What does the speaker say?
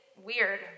weird